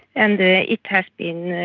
and it has been